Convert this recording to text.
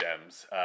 gems